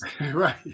right